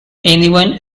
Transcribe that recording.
anyone